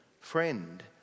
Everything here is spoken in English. friend